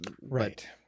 Right